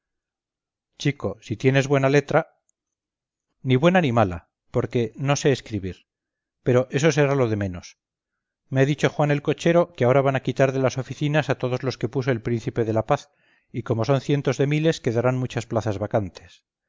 chico si tienes buena letra ni buena ni mala porque no sé escribir pero eso será lo de menos me ha dicho juan el cochero que ahora van a quitar de las oficinas a todos los que puso el príncipe de la paz y como son cientos de miles quedarán muchas plazas vacantes